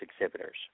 exhibitors